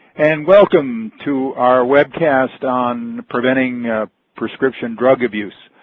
and welcome to our webcast on preventing prescription drug abuse.